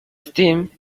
steam